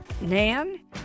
Nan